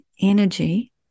energy